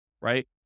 right